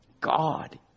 God